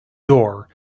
door